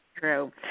true